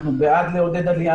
אנחנו בעד לעודד עלייה,